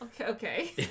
Okay